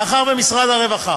מאחר שמשרד הרווחה